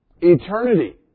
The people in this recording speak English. Eternity